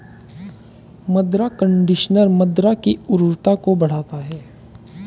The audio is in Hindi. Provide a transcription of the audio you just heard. मृदा कंडीशनर मृदा की उर्वरता को बढ़ाता है